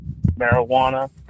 marijuana